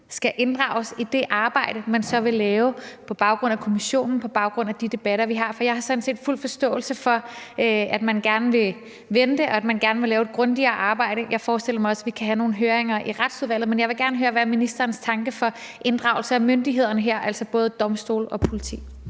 skal inddrages i det arbejde, man så vil lave på baggrund af kommissionen og på baggrund af de debatter, vi har. For jeg har sådan set fuld forståelse for, at man gerne vil vente og gerne vil lave et grundigere arbejde, og jeg forestiller mig også, at vi kan have nogle høringer i Retsudvalget. Men jeg vil gerne høre, hvad ministeren tænker om inddragelse af myndighederne her, altså både domstole og politi.